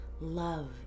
Love